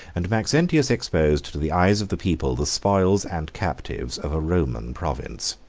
and maxentius exposed to the eyes of the people the spoils and captives of a roman province.